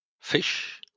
fish